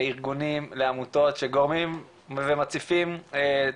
לארגונים לעמותות שגורמים ומציפים את